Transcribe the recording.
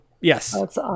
yes